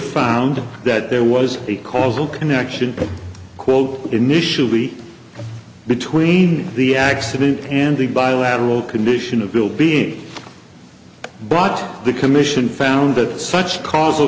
found that there was a causal connection quote initially between the accident handy bilateral condition of bill being brought to the commission found that such causal